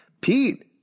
Pete